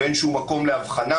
אין שום מקום להבחנה